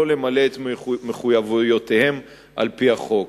לא למלא את מחויבויותיהם על-פי החוק.